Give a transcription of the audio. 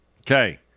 Okay